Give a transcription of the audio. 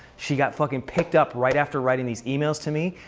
she got fucking picked up right after writing these emails to me.